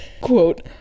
Quote